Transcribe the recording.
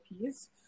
piece